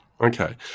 Okay